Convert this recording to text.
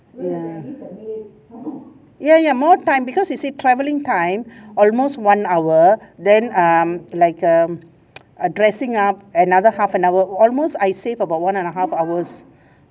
ya ya ya more time because you see travelling time almost one hour then um like um dressing up another half an hour almost I save about one and a half hours